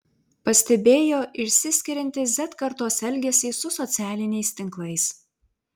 pastebėjo išsiskiriantį z kartos elgesį su socialiniais tinklais